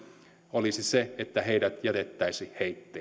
olisi se että heidät jätettäisiin heitteille